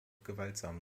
gewaltsam